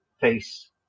face